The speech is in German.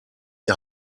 die